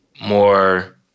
More